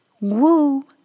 Woo